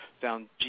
found